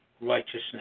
righteousness